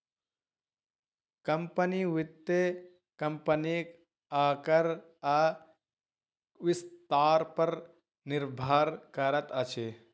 company, वित्त कम्पनीक आकार आ विस्तार पर निर्भर करैत अछि